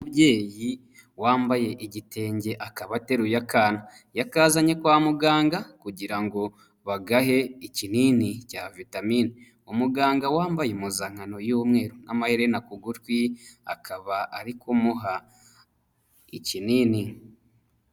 Umubyeyi wambaye igitenge akaba ateruye akana, atazanye kwa muganga kugira ngo bagahe ikinini cya vitamine, umuganga wambaye impuzankano y'umweru n'amahererena ku gutwi, akaba ari kumuha ikinini.